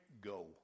go